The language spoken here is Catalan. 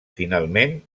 finalment